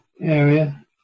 area